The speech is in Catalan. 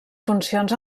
funcions